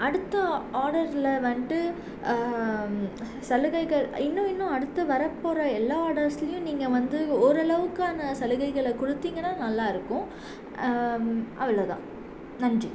அடுத்த ஆடரில் வந்துட்டு சலுகைகள் இன்னும் இன்னும் அடுத்து வரப்போகிற எல்லா ஆர்டர்ஸ்லேயும் நீங்கள் வந்து ஓரளவுக்கான சலுகைகளை கொடுத்தீங்கன்னா நல்லா இருக்கும் அவ்வளோ தான் நன்றி